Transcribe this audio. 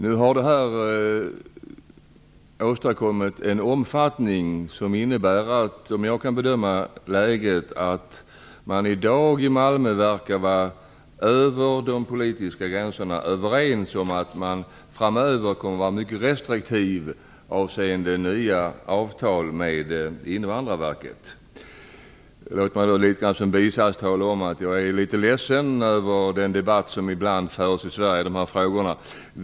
Det här har i dag en mycket stor omfattning. I dag verkar man i Malmö vara överens över de politiska gränserna, såvitt jag kan bedöma, om att man framöver kommer att vara mycket restriktiv när det gäller nya avtal med I förbigående vill jag också ha sagt att jag är litet ledsen över den debatt som ibland förs i Sverige i dessa frågor.